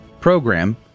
program